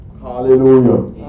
Hallelujah